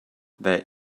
there